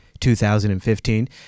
2015